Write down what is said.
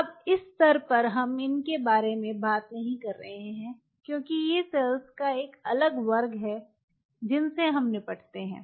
अब इस स्तर पर हम इन के बारे में बात नहीं कर रहे हैं क्योंकि ये सेल्स का एक अलग वर्ग है जिनसे हम निपटते हैं